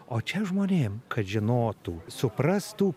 o čia žmonėm kad žinotų suprastų